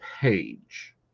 page